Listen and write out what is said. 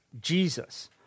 Jesus